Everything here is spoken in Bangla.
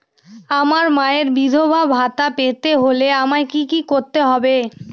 আমার মায়ের বিধবা ভাতা পেতে হলে আমায় কি কি করতে হবে?